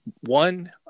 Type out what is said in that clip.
one